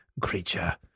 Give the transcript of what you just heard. creature